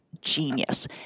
genius